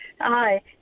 Hi